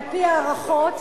על-פי הערכות,